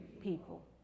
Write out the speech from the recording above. people